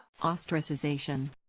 Ostracization